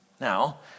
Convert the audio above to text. Now